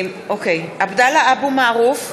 (קוראת בשמות חברי הכנסת) עבדאללה אבו מערוף,